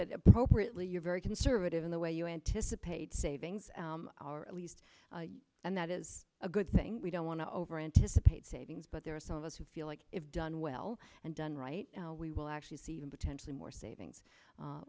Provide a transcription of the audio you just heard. that appropriately you're very conservative in the way you anticipated savings are at least and that is a good thing we don't want to over anticipate savings but there are some of us who feel like if done well and done right we will actually see even potentially more savings a